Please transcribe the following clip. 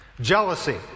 Jealousy